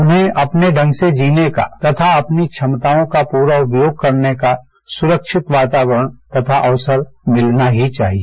उन्हें अपने ढंग से जीने का तथा अपनी क्षमताओं का पूरा उपयोग करने का सुरक्षित वातावरण तथा अवसर मिलना ही चाहिए